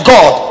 God